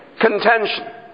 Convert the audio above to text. contention